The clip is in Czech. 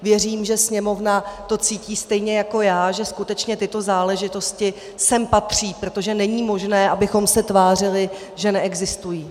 Věřím, že Sněmovna to cítí stejně jako já, že skutečně tyto záležitosti sem patří, protože není možné, abychom se tvářili, že neexistují.